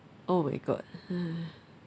oh my god